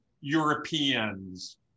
Europeans